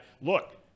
look –